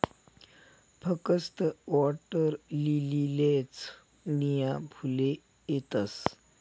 फकस्त वॉटरलीलीलेच नीया फुले येतस